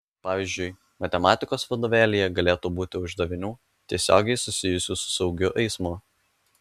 pavyzdžiui matematikos vadovėlyje galėtų būti uždavinių tiesiogiai susijusių su saugiu eismu